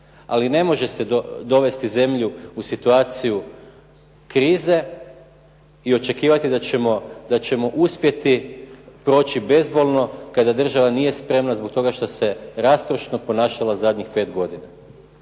Ali ne može se dovesti zemlju u situaciju krize i očekivati da ćemo uspjeti proći bezbolno kada država nije spremna zbog toga što se rastrošno ponašala zadnjih pet godina.